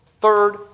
third